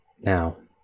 now